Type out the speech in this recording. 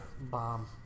bomb